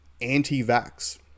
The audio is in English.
anti-vax